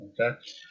okay